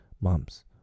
Mumps